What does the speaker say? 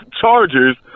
Chargers